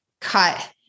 cut